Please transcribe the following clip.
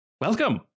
Welcome